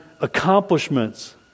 accomplishments